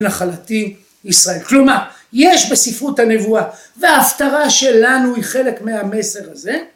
נחלתי ישראל כלומר יש בספרות הנבואה וההפטרה שלנו היא חלק מהמסר הזה